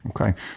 Okay